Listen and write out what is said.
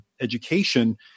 education